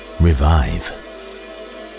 revive